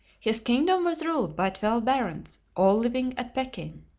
his kingdom was ruled by twelve barons all living at pekin.